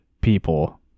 people